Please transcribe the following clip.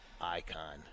icon